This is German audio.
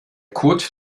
kot